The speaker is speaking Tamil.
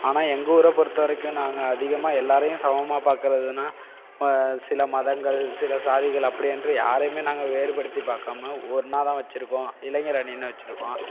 ஆனால் எங்கள் ஊரை பொருத்த வரைக்கும் நாங்கள் அதிகமாக எல்லோரையும் சமமாக பாக்கிறதுனா சில மதங்கள் சில சாதிகள் அப்படி என்று யாரையும் நாங்கள் வேறுபடுத்தி பார்க்காம ஒன்றாதான் வச்சுருக்கோம் இளைஞர் அணின்னு வச்சுருக்கோம்